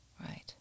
Right